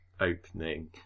opening